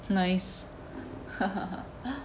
nice